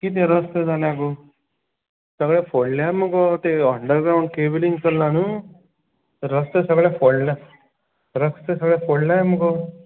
कितें रस्ते जाल्या गो सगले फोडल्या मुगो तें अंडरग्रावंड कॅबलींग चल्लाय न्हय रस्ते सगले फोडल्या रस्ते सगले फोडल्याय मुगो